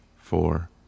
four